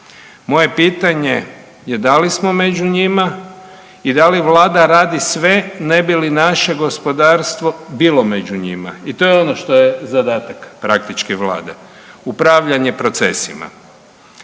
Moje pitanje je da li smo među njima i da li Vlada radi sve ne bi li naše gospodarstvo bilo među njima i to je ono što je zadatak, praktički, Vlade, upravljanje procesima.